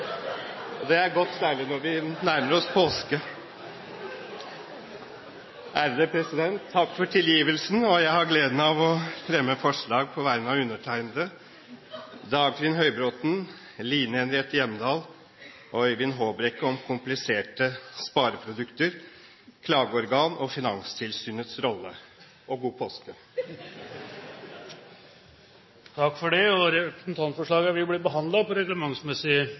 Det er godt, særlig når vi nærmer oss påske. Takk for tilgivelsen. Jeg har gleden av å fremsette forslag på vegne av representantene Dagfinn Høybråten, Line Henriette Hjemdal, Øyvind Håbrekke og meg selv om kompliserte spareprodukter, klageorgan og Finanstilsynets rolle. God påske! Takk for det, og representantforslagene vil bli behandlet på reglementsmessig